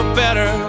better